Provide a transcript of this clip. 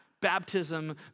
baptism